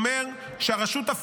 שאומר שנפגעי הטרור יוכלו לתבוע את